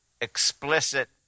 explicit